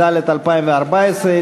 התשע"ד 2014,